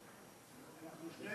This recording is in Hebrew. התשע"ה